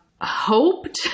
hoped